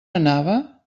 anava